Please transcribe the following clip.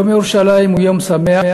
יום ירושלים הוא יום שמח.